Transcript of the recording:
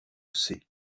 sées